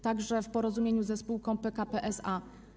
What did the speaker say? Także w porozumieniu ze spółką PKP SA.